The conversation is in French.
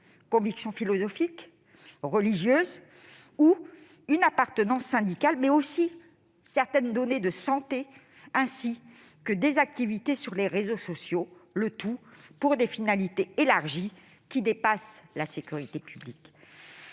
convictions philosophiques ou religieuses, leur appartenance syndicale, mais aussi certaines de leurs données de santé ainsi que leurs activités sur les réseaux sociaux, le tout pour des finalités élargies qui dépassent la sécurité publique.